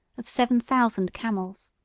of seven thousand camels.